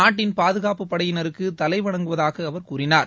நாட்டின் பாதுகாப்புப் படையினருக்கு தலைவணங்குவதாக அவர் கூறினார்